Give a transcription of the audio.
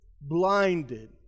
blinded